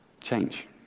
change